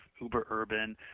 uber-urban